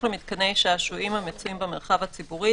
למיתקני שעשועים המצויים במרחב הציבורי,